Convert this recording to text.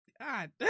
God